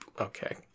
Okay